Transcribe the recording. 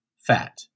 fat